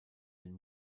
den